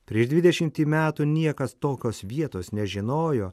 prieš dvidešimtį metų niekas tokios vietos nežinojo